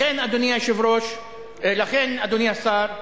לכן, אדוני השר,